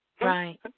right